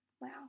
Wow